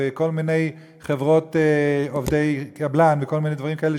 וכל מיני חברות עובדי קבלן וכל מיני דברים כאלה,